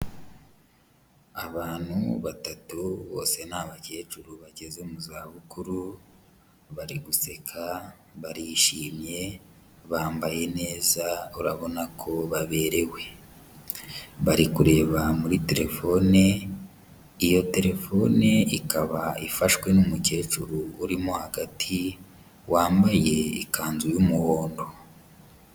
Abantu batatu bose ni abakecuru bageze mu zabukuru, bari guseka, barishimye, bambaye neza urabona ko baberewe. Bari kureba muri telefone, iyo telefone ikaba ifashwe n'umukecuru uri mo hagati wambaye ikanzu y'umuhondo.